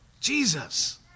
Jesus